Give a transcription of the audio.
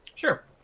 Sure